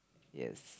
yes